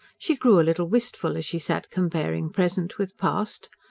she grew a little wistful, as she sat comparing present with past.